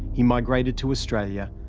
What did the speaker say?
he migrated to australia,